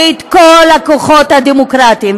ואת כל הכוחות הדמוקרטיים.